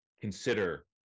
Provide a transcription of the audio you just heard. consider